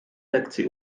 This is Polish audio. lekcji